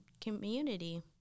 community